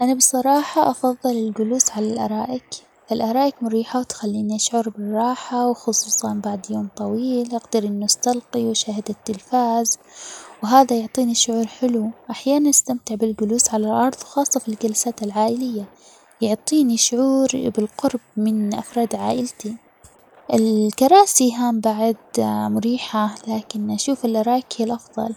أنا بصراحة أفضل الجلوس على الأرائك، الأرائك مريحة وتخليني أشعر بالراحة وخصوصاً بعد يوم طويل أقدر إنو أستلقي وأشاهد التلفاز وهذا يعطيني شعور حلو، أحياناً أستمتع بالجلوس على الأرض وخاصة في الجلسات العائلية يعطيني شعور بالقرب من أفراد عائلتي الكراسي هم بعد مريحة لكن أشوف الأرائك هي الأفضل.